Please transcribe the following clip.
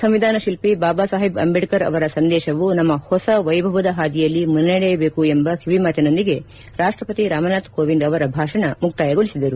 ಸಂವಿಧಾನ ಶಿಲ್ಪಿ ಬಾಬಾ ಸಾಹೇಬ್ ಅಂದೇಡ್ಕರ್ ಅವರ ಸಂದೇಶವು ನಮ್ಮ ಹೊಸ ವೈಭವದ ಹಾದಿಯಲ್ಲಿ ಮುನ್ನಡೆಯಬೇಕು ಎಂಬ ಕಿವಿಮಾತಿನೊಂದಿಗೆ ರಾಷ್ಟಪತಿ ರಾಮನಾಥ್ ಕೋವಿಂದ್ ಅವರ ಭಾಷಣ ಮುಕ್ತಾಯಗೊಳಿಸಿದರು